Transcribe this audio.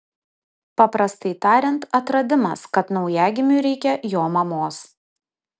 paprastai tariant atradimas kad naujagimiui reikia jo mamos